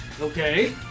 Okay